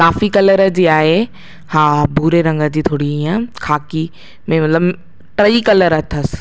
काफ़ी कलर जी आहे हा भूरे रंग जी थोरी ईंअ खाकी मतिलबु टई कलर अथसि